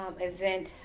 event